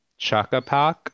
Chakapak